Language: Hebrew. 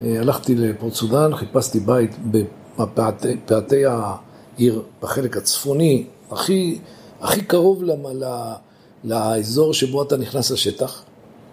הלכתי לפורט סודן, חיפשתי בית בפאתי העיר בחלק הצפוני הכי קרוב לאזור שבו אתה נכנס לשטח